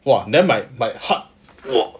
!wah! then my my heart